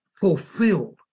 fulfilled